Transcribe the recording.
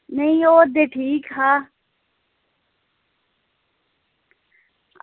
निं ओह् ते ठीक हा